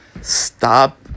Stop